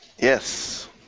Yes